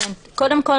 קודם כול,